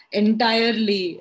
entirely